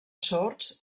sords